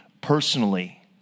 personally